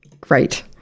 Great